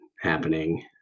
happening